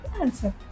answer